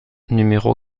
numéro